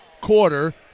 quarter